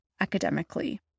academically